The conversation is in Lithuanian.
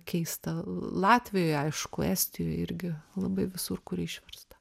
keista latvijoj aišku estijoj irgi labai visur kur išversta